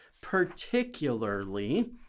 particularly